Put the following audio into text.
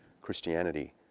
Christianity